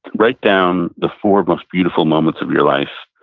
right down the four most beautiful moments of your life,